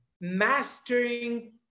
mastering